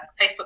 Facebook